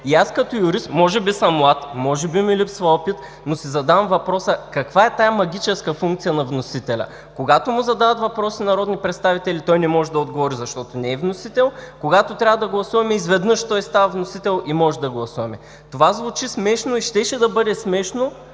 Аз като юрист – може би съм млад, може би ми липсва опит, но си задавам въпроса: каква е тази магическа функция на вносителя: когато му задават въпроси народни представители, той не може да отговори, защото не е вносител, когато трябва да гласуваме, изведнъж той става вносител и може да гласуваме. Това звучи смешно и щеше да бъде смешно,